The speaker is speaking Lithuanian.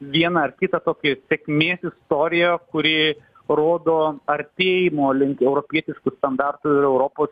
vieną ar kitą tokį sėkmės istoriją kuri rodo artėjimo link europietiškų standartų į europos